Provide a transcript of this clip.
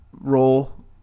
role